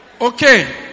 Okay